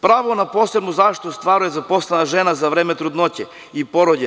Pravo na posebnu zaštitu ostvaruje zaposlena žena za vreme trudnoće i porođaja.